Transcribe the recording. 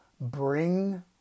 bring